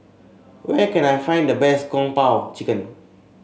where can I find the best Kung Po Chicken